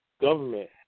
government